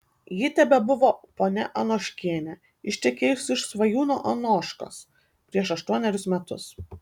ji tebebuvo ponia anoškienė ištekėjusi už svajūno anoškos prieš aštuonerius metus